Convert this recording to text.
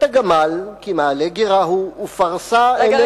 את הגמל כי מעלה גרה הוא ופרסה איננו